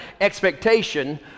expectation